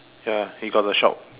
ya he got the shock